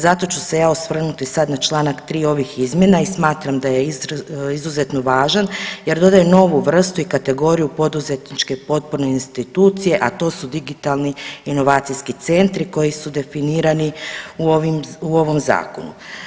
Zato ću se ja osvrnuti sad na čl. 3. ovih izmjena i smatram da je izuzetno važan jer dodaje novu vrstu i kategoriju poduzetničke potporne institucije, a to su digitalni inovacijski centri koji su definirani u ovom zakonu.